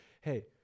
hey